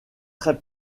très